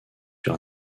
sur